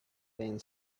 being